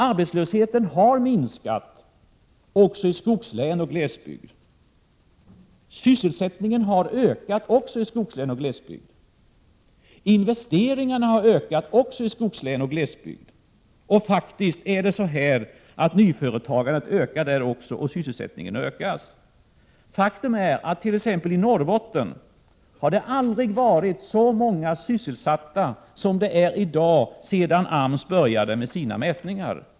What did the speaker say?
Arbetslösheten har minskat också i skogslän och glesbygd. Sysselsättningen har ökat också i skogslän och glesbygd. Investeringarna har ökat också i skogslän och i glesbygd. Nyföretagandet och sysselsättningen har faktiskt ökat. Faktum är att dett.ex. i Norrbotten aldrig sedan AMS började med sina mätningar varit så många sysselsatta som i dag.